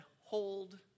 hold